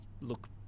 look